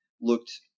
looked